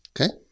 Okay